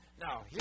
Now